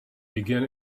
begin